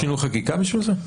צריך שינוי חקיקה בשביל זה?